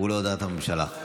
ולהודעת הממשלה.